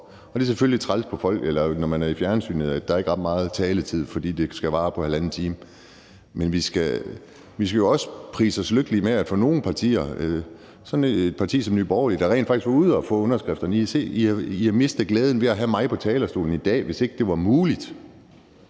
op. Det er selvfølgelig træls, når man er i fjernsynet, at der ikke er ret meget taletid, fordi debatten skal afvikles på halvanden time. Men vi skal også prise os lykkelige for, at f.eks. et parti som Nye Borgerlige rent faktisk var ude at få underskrifterne. I havde mistet glæden ved at have mig på talerstolen i dag, hvis ikke det var muligt